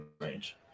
range